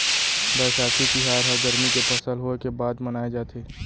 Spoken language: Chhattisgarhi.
बयसाखी तिहार ह गरमी के फसल होय के बाद मनाए जाथे